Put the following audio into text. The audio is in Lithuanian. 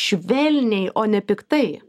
švelniai o ne piktai